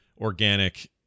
organic